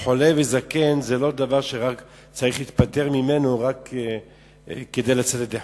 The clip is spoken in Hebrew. שחולה וזקן זה לא דבר שצריך רק להיפטר ממנו כדי לצאת ידי חובה.